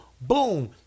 boom